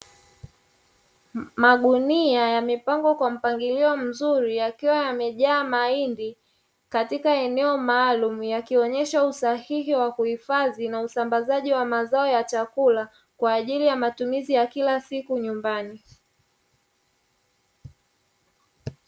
Magunia yamepangwa kwa mpangilio mzuri, yakiwa yamejaa mahindi katika eneo maalumu, yakionyesha usahihi wa kuhifadhi na usambazaji wa mazao ya chakula kwa ajili ya matumizi ya kila siku nyumbani.